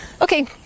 Okay